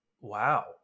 wow